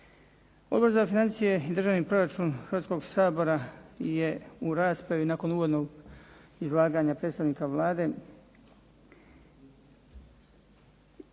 Odbor za financije i državni proračun Hrvatskog sabora je u raspravi nakon uvodnog izlaganja predstavnika Vlade